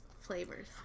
flavors